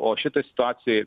o šitoj situacijoj